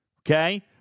okay